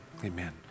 Amen